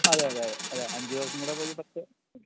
അതെ അതെ അതെ അതെ അഞ്ചു പേര്ക്കും കൂടൊരു പത്ത്